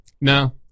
No